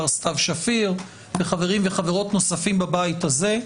סתיו שפיר וחברים וחברות נוספים בבית הזה,